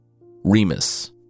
Remus